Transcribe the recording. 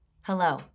Hello